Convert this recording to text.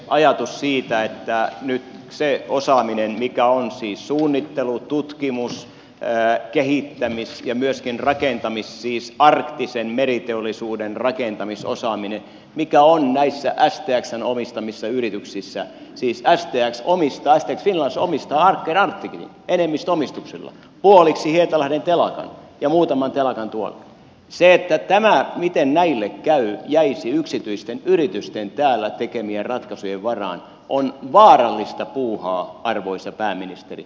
ajatus siitä että nyt se osaaminen suunnittelu tutkimus kehittämis ja myöskin rakentamisosaaminen siis arktisen meriteollisuuden rakentamisosaaminen mikä on näissä stxn omistamissa yrityksissä siis stx finland omistaa aker arcticin enemmistöomistuksilla puoliksi hietalahden telakan ja muutaman telakan tuolla se että tämä miten näille käy jäisi yksityisten yritysten täällä tekemien ratkaisujen varaan on vaarallista puuhaa arvoisa pääministeri